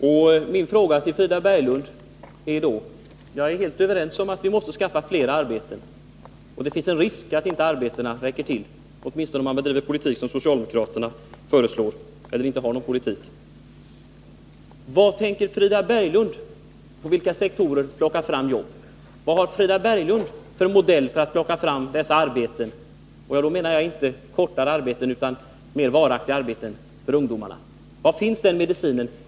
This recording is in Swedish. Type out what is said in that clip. Herr talman! Frida Berglund säger att jobben inte räcker till och att vi måste skaffa flera jobb. Jag är helt överens med Frida Berglund om att vi måste skaffa flera arbeten och att det finns en risk att arbetena inte räcker till, åtminstone om man bedriver politik som socialdemokraterna föreslår eller inte har någon politik. Men min fråga till Frida Berglund är då: På vilka sektorer tänker Frida Berglund plocka fram jobb? Vilken modell har Frida Berglund för att få fram dessa arbeten? Och då menar jag inte kortare arbeten utan mer varaktiga arbeten för ungdomarna. Var finns den medicinen?